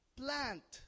plant